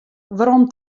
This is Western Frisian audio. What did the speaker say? werom